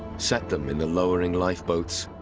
set them in the lowering lifeboats,